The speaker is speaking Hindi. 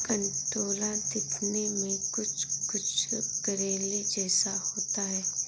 कंटोला दिखने में कुछ कुछ करेले जैसा होता है